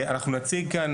אנחנו נציג כאן,